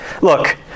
Look